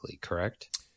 correct